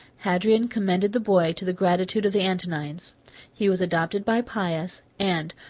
hadrian commended the boy to the gratitude of the antonines. he was adopted by pius and,